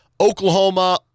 Oklahoma